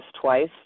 twice